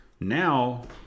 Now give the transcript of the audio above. Now